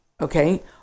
okay